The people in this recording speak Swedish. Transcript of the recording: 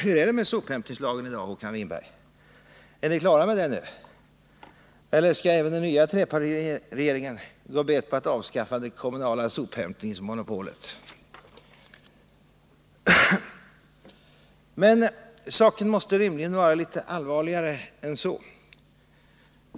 Hur är det med sophämtningslagen i dag, Håkan Winberg? Är ni klara med den nu, eller skall även den nya trepartiregeringen gå bet på att avskaffa det kommunala sophämtningsmonopolet? Men saken måste rimligen vara litet allvarligare än så.